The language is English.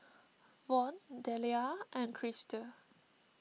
Von Deliah and Chrystal